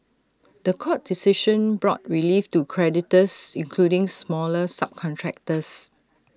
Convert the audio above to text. The Court decision brought relief to creditors including smaller subcontractors